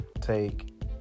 take